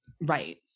right